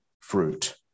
fruit